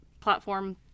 platform